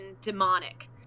demonic